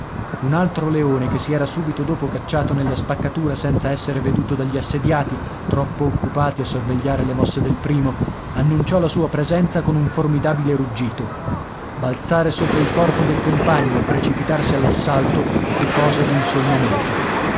un altro leone che si era subito dopo cacciato nella spaccatura senza essere veduto dagli assediati troppo occupati a sorvegliare le mosse del primo annunciò la sua presenza con un formidabile ruggito balzare sopra il corpo del compagno e precipitarsi all'assalto fu cosa d'un sol momento